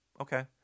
okay